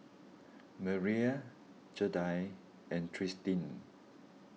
Merrie Jaida and Tristin